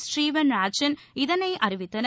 Steven Mnuchin இதனை அறிவித்தனர்